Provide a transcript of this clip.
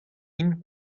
int